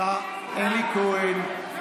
השר אלי כהן,